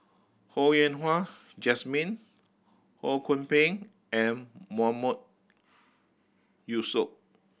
Ho Yen Wah Jesmine Ho Kwon Ping and Mahmood Yusof